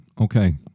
Okay